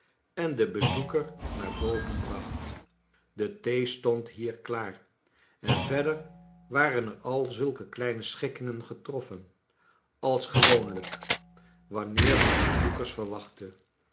en den bezoeker naar boven bracht de thee stond hier klaar en verder waren er al zulke kleine schikkingen getroffcn als gewoonlijk wanneer men bezoekers verwachtte